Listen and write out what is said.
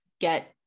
get